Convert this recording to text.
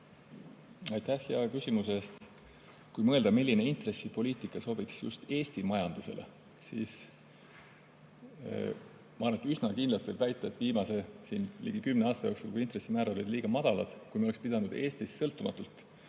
Aitäh hea küsimuse eest! Kui mõelda, milline intressipoliitika sobiks just Eesti majandusele, siis ma arvan, et üsna kindlalt võib väita, et viimase ligi kümne aasta jooksul, kui intressimäärad olid liiga madalad, kui me oleks pidanud Eestis sõltumatult